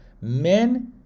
Men